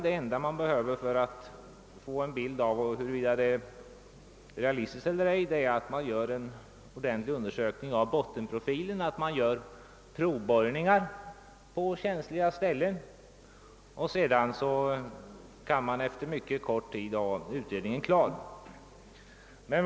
Det enda som behövs för att få en bild av huruvida det är realistiskt eller ej är att göra en ordentlig undersökning av bottenprofilen och företa provborrningar på känsliga ställen. Efter mycket kort tid kan utredningen vara klar.